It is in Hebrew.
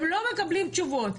הם לא מקבלים תשובות.